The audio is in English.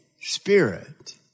Spirit